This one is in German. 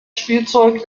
spielzeug